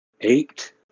eight